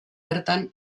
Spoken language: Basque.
bertan